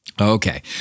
Okay